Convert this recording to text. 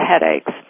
headaches